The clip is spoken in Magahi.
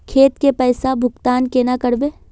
खेत के पैसा भुगतान केना करबे?